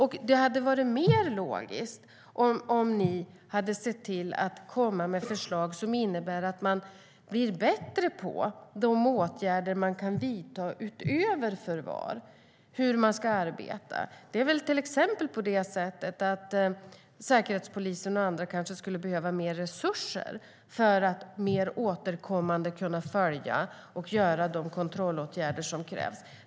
Det hade varit mer logiskt om ni hade sett till att lägga fram förslag som innebär att man blir bättre på hur man ska arbeta med de åtgärder som kan vidtas utöver förvar. Till exempel kan Säkerhetspolisen och andra behöva mer resurser för att mer återkommande kunna följa upp och vidta de kontrollåtgärder som krävs.